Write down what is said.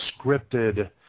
scripted